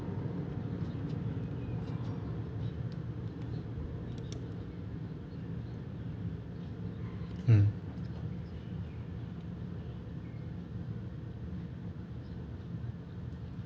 mm